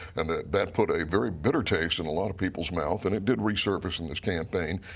and that put a very bitter taste in a lot of people's mouth, and it did resurface in this campaign.